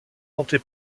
tentée